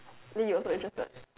maybe you also interested